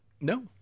No